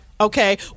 Okay